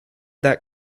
that